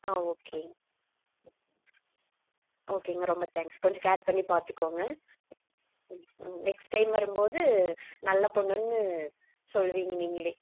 ஆ okay ஓகேங்க ரொம்ப thanks கொஞ்சம் கேர் பண்ணி பார்த்துக்கோங்க ம் நெக்ஸ்ட் டைம் வரும் போது நல்ல பொண்ணுன்னு சொல்லுவீங்க நீங்களே